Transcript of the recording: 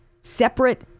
separate